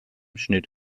schnitt